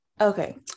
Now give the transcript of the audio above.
okay